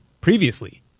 previously